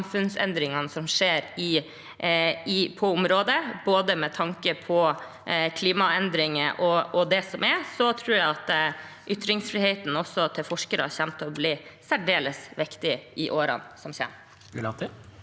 samfunnsendringene som skjer på området. Med tanke på klimaendringer og det som er, tror jeg også ytringsfriheten til forskere kommer til å bli særdeles viktig i årene som kommer.